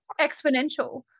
exponential